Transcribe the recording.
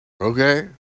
okay